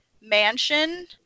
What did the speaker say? mansion